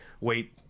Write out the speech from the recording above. wait